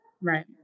right